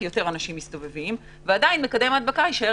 כי יותר אנשים מסתובבים - ועכשיו מקדם ההדבקה יישאר